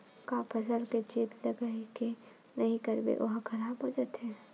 का फसल के चेत लगय के नहीं करबे ओहा खराब हो जाथे?